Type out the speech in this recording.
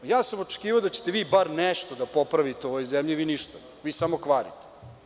Očekivao sam da će te vi bar nešto da popravite u ovoj zemlji, a vi ništa, vi samo kvarite.